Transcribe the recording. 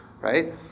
right